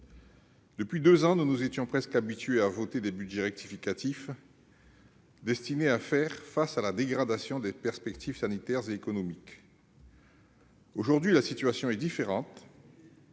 Depuis deux ans, nous nous étions presque habitués à voter des budgets rectificatifs destinés à faire face à la dégradation des perspectives sanitaires et économiques. Aujourd'hui, la situation est différente